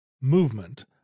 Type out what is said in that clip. movement